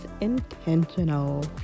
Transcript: intentional